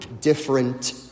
different